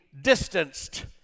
distanced